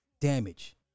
damage